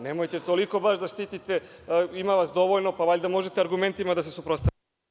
Nemojte baš toliko da štitite, ima vas dovoljno, pa valjda možete argumentima da se suprostavite.